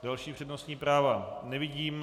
Další přednostní práva nevidím.